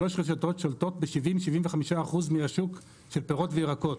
שלוש רשתות שולטות ב-70-75 אחוז מהשוק של פירות וירקות,